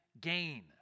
gain